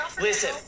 Listen